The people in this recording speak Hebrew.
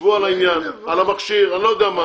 שבו על העניין, על המכשיר, אני לא יודע מה.